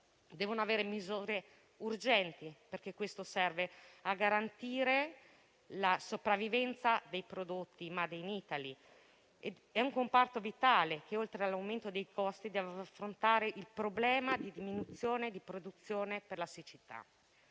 devono varare misure urgenti, perché questo serve a garantire la sopravvivenza dei prodotti *made in Italy*. È un comparto vitale, che, oltre all'aumento dei costi, deve affrontare il problema della diminuzione di produzione per la siccità.